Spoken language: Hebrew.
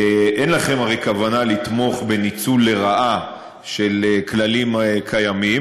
אין לכם הרי כוונה לתמוך בניצול לרעה של כללים קיימים.